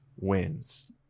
wins